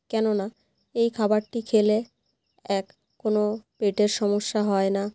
কেননা এই খাবারটি খেলে এক কোনো পেটের সমস্যা হয় না